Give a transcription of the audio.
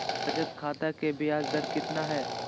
बचत खाता के बियाज दर कितना है?